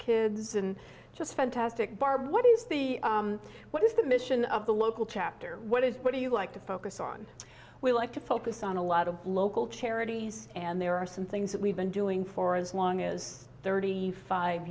kids and just fantastic barbe what is the what is the mission of the local chapter what is what do you like to focus on we like to focus on a lot of local charities and there are some things that we've been doing for as long as thirty five